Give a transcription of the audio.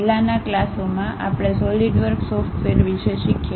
પહેલાનાં ક્લાસોમાં આપણે સોલિડવર્ક સોફ્ટવેર વિશે શીખ્યા